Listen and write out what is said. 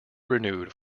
renewed